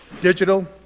digital